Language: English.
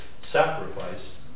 sacrifice